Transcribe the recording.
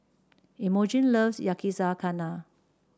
Imogene loves Yakizakana